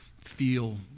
feel